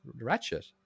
ratchet